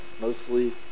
Mostly